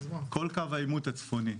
כל קו העימות הצפוני.